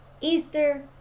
Easter